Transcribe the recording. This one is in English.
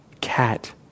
cat